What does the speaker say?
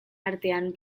artean